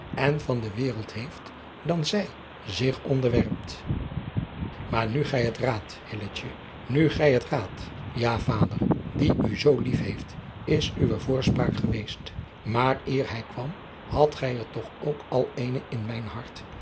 en van de wereld heeft dan zij zich onderwerpt maar nu gij het raadt hilletje nu gij het raadt ja vader die u zoo lief heeft is uwe voorspraak geweest maar eer hij kwam hadt gij er toch ook al eene in mijn hart